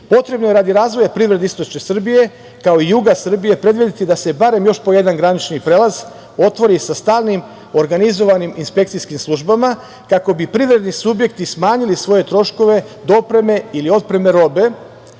Potrebno je radi razvoja privrede istočne Srbije, kao i juga Srbije predvideti da se barem još po jedan granični prelaz otvori sa stalnim organizovanim inspekcijskim službama, kako bi privredni subjekti smanjili svoje troškove dopreme ili otpreme robe,